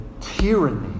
tyranny